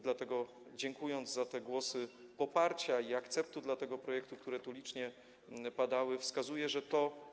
Dlatego dziękując za te głosy poparcia i akceptu dla tego projektu, które tu licznie padały, wskazuję, że to.